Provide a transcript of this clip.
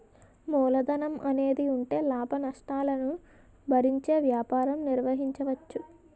మూలధనం అనేది ఉంటే లాభనష్టాలను భరించే వ్యాపారం నిర్వహించవచ్చు